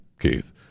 Keith